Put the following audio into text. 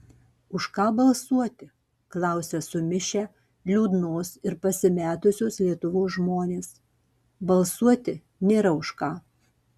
už ką balsuoti klausia sumišę liūdnos ir pasimetusios lietuvos žmonės balsuoti nėra už ką